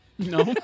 No